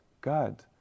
god